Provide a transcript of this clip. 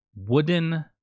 wooden